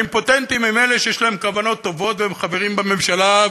האימפוטנטים הם אלה שיש להם כוונות טובות והם חברים בממשלה,